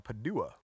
Padua